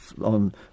on